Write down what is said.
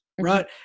right